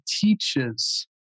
teaches